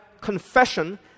confession